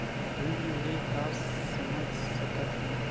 ऋण ले का समझ सकत हन?